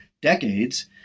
decades